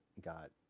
got